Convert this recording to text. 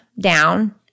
down